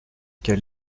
quel